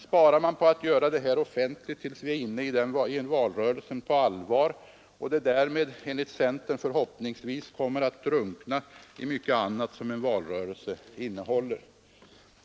Sparar man på att göra det här offentligt tills vi är inne i valrörelsen på allvar och det därmed enligt centern förhoppningsvis kommer att drunkna i mycket annat som en valrörelse innehåller?